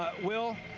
will,